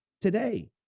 Today